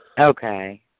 Okay